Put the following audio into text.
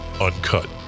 uncut